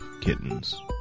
kittens